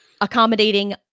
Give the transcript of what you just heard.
Accommodating